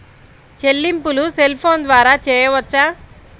చెల్లింపులు cell phone ద్వారా చేయవచ్చా?